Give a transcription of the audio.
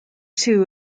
two